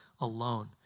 alone